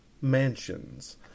Mansions